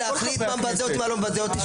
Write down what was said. תנו לי להחליט מה מבזה אותי ומה לא מבזה אותי.